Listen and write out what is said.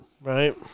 Right